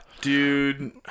Dude